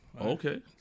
Okay